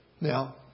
Now